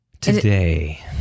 today